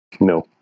No